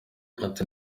ati